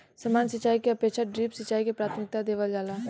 सामान्य सिंचाई के अपेक्षा ड्रिप सिंचाई के प्राथमिकता देवल जाला